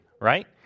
right